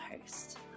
host